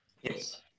yes